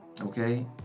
Okay